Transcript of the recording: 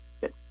good